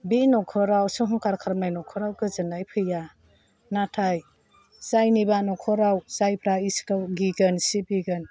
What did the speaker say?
बे नखराव सहांखार खालामनाय नखराव गोजोन्नाय फैया नाथाय जायनिबा नखराव जायफ्रा इसोरखौ गिगोन सिबिगोन